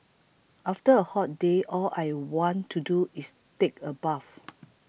after a hot day all I want to do is take a bath